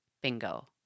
Bingo